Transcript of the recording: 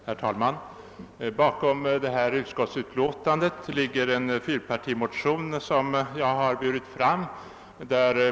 Herr talman! Bakom detta utskotisutiåtande ligger två likalydande fyrpartimotioner som jag burit fram i denna kammare.